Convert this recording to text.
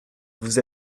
vous